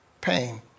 pain